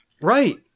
Right